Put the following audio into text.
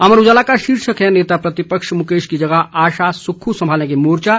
अमर उजाला का शीर्षक है नेता प्रतिपक्ष मुकेश की जगह आशा सुक्ख् संभालेंगे मोर्चा